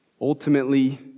Ultimately